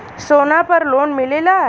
सोना पर लोन मिलेला?